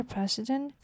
President